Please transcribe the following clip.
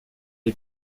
est